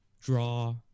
draw